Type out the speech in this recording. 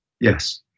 Yes